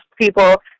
people